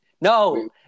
No